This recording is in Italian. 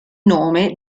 nome